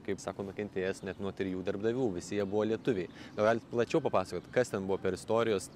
kaip sako nukentėjęs net nuo trijų darbdavių visi jie buvo lietuviai gal galit plačiau papasakot kas ten buvo per istorijos